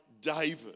David